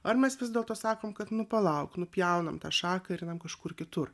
ar mes vis dėlto sakom kad nu palauk nupjaunam tą šaką ir einam kažkur kitur